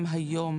גם היום.